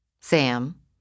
Sam